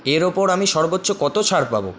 এর ওপর আমি সর্বোচ্চ কত ছাড় পাব